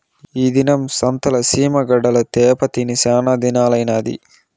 ఈ దినం సంతల సీమ గడ్డలు తేప్పా తిని సానాదినాలైనాది